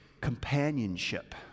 companionship